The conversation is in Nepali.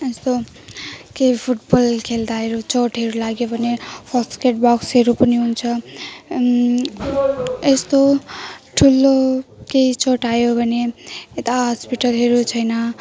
यस्तो केही फुटबल खेल्दाहरू चोटहरू लाग्यो भने फर्स्ट एड बक्सहरू पनि हुन्छ यस्तो ठुलो केही चोट आयो भने यता हस्पिटलहरू छैन